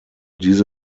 diese